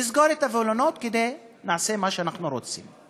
לסגור את הווילונות כדי שנעשה מה שאנחנו רוצים,